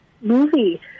movie